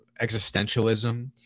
existentialism